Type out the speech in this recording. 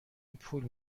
پول